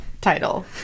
title